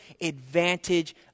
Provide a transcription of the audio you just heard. advantage